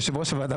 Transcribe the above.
יושב ראש הוועדה,